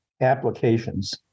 applications